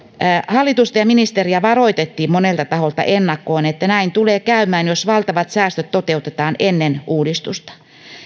hallitusta ja ministeriä varoitettiin monelta taholta ennakkoon että näin tulee käymään jos valtavat säästöt toteutetaan ennen uudistusta